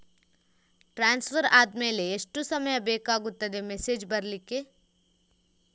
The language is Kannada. ಟ್ರಾನ್ಸ್ಫರ್ ಆದ್ಮೇಲೆ ಎಷ್ಟು ಸಮಯ ಬೇಕಾಗುತ್ತದೆ ಮೆಸೇಜ್ ಬರ್ಲಿಕ್ಕೆ?